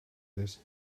this